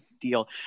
deal